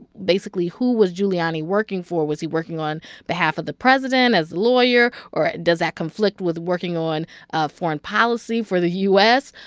basically, who was giuliani working for? was he working on behalf of the president, as lawyer? or does that conflict with working on ah foreign policy for the u s?